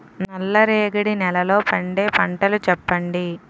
నల్ల రేగడి నెలలో పండే పంటలు చెప్పండి?